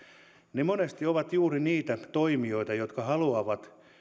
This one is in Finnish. ne monesti ovat juuri niitä toimijoita jotka haluavat